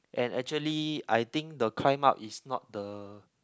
and actually I think the climb up is not the